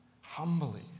humbly